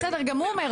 בסדר גמור,